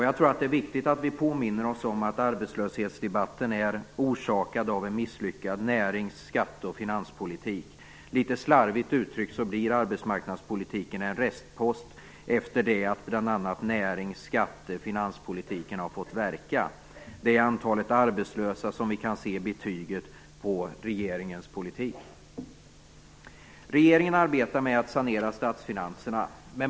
Jag tror att det är viktigt att vi påminner oss om att arbetslöshetsdebatten är orsakad av en misslyckad närings-, skatteoch finanspolitik. Litet slarvigt uttryckt blir arbetsmarknadspolitiken en restpost efter det att bl.a. närings-, skatte och finanspolitiken har fått verka. Det är i antalet arbetslösa som vi kan se betyget på regeringens politik. Regeringen arbetar med att sanera statsfinanserna.